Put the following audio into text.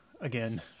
again